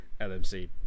LMC